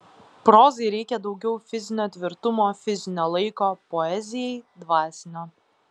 prozai reikia daugiau fizinio tvirtumo fizinio laiko poezijai dvasinio